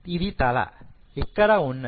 ఇది తల ఇక్కడ ఉన్నది